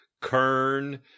Kern